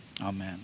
amen